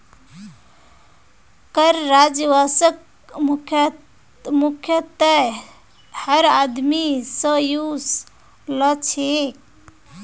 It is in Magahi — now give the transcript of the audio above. कर राजस्वक मुख्यतयः हर आदमी स वसू ल छेक